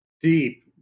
deep